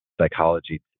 Psychology